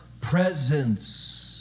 presence